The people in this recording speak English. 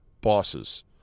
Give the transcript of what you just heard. bosses